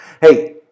Hey